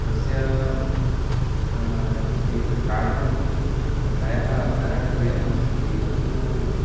तस्य एकं कारणं प्रायः कारणद्वयम् अस्ति एकं तु